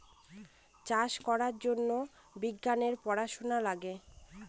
চাষ করার জন্য বিজ্ঞানের পড়াশোনা লাগে